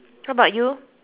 what about you